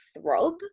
throb